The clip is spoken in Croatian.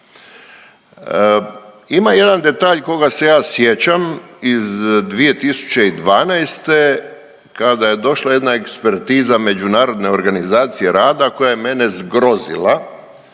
Ima jedan detalj koga se ja sjećam iz 2012. kada je došla jedna ekspertiza međunarodne organizacije rada koja je mene zgrozila,